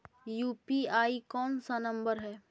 UPI कोन सा number हैं?